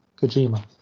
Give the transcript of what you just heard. Kojima